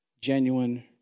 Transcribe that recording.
genuine